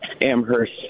Amherst